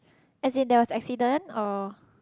as there was accident